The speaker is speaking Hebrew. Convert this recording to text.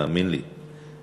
תאמין לי,